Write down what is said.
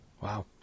Wow